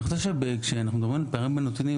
אני חושב שכשאנחנו מדברים על פערים בנתונים,